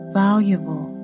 valuable